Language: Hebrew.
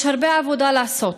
יש הרבה עבודה לעשות.